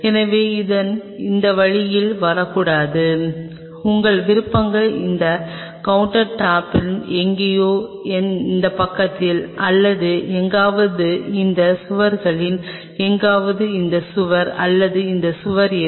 எனவே இது இந்த வழியில் வரக்கூடாது உங்கள் விருப்பங்கள் இந்த கவுண்டர் டாப்பில் எங்கோ இந்த பக்கத்தில் அல்லது எங்காவது இந்த சுவரில் எங்காவது இது இந்த சுவர் அல்லது அந்த சுவர் எது